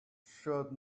should